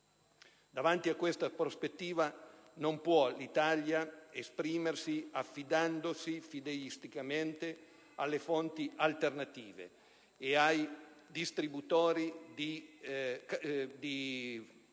Davanti a questa prospettiva non può l'Italia esprimersi affidandosi fideisticamente alle fonti alternative e ai distributori di combustibili